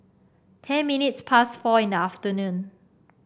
ten minutes past four in the afternoon